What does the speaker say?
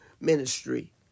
ministry